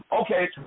Okay